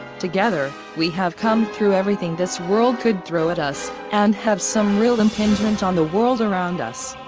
together, we have come through everything this world could throw at us, and have some real impingement on the world around us.